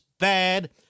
bad